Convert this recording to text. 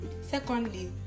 Secondly